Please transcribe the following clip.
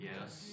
Yes